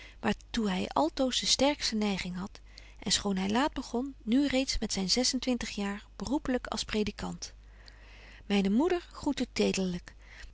toe hy altoos de sterkste neiging hadt en schoon hy laat begon nu reeds met zyn zes en twintigste jaar beroepelyk als predikant myne moeder groet